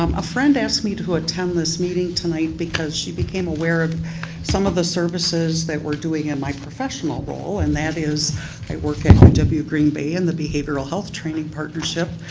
um a friend asked me to attend this meeting tonight because she became aware of some of the services that we're doing in my professional role, and that is i work at uw green bay in the behavioral health partnership,